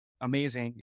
amazing